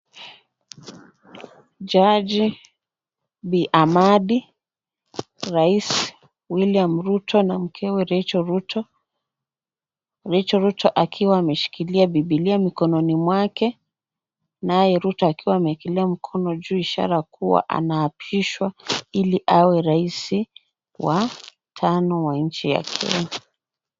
Jaji, Bi Amadi, rais William Ruto na mkewe Rachel Ruto. Rachel Ruto akiwa amemshikilia Bibila mikononi mwake naye Ruto akiwa ameekelea mikono juu ishara kuwa anaapishwa ili awe raisi wa tano wa nchi ya Kenya.